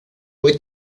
hoy